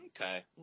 Okay